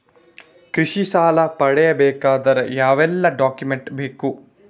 ಕೃಷಿ ಸಾಲ ಪಡೆಯಬೇಕಾದರೆ ಯಾವೆಲ್ಲ ಡಾಕ್ಯುಮೆಂಟ್ ಬೇಕು?